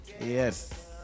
Yes